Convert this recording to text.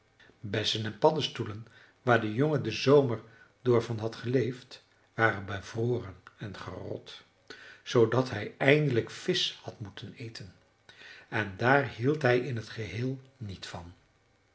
bessen en paddenstoelen waar de jongen den zomer door van had geleefd waren bevroren en gerot zoodat hij eindelijk visch had moeten eten en daar hield hij in t geheel niet van